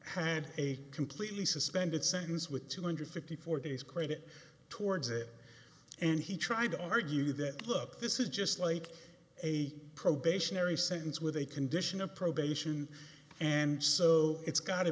a completely suspended sentence with two hundred fifty four days crdit towards it and he tried to argue that look this is just like a probationary sentence with a condition of probation and so it's got